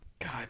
God